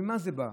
ממה זה בא?